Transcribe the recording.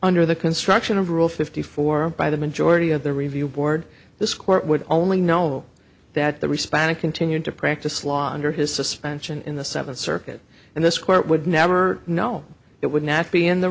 under the construction of rule fifty four by the majority of the review board this court would only know that the responded continued to practice law under his suspension in the seventh circuit and this court would never know it would not be in the